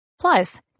Plus